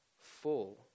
full